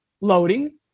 loading